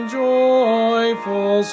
joyful